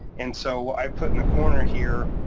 and so i put in a corner here,